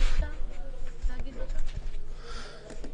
ניתן לקיימם בנוכחות עצור בשל הכרזה על הגבלה מלאה".